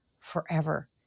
forever